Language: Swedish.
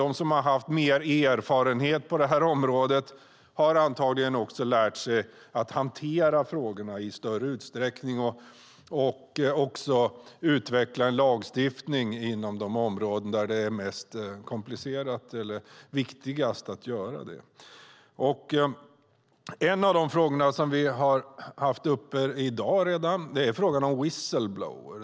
De som har mer erfarenhet på detta område har antagligen lärt sig att hantera frågorna i större utsträckning och har också utvecklat en lagstiftning inom de områden där det är viktigast. En fråga som vi redan har haft uppe i dag är whistleblowers.